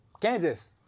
kansas